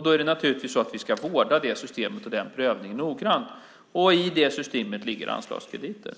Då ska vi vårda det systemet och den prövningen noggrant. I det systemet ligger anslagskrediter.